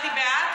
אני בעד,